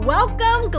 Welcome